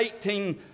18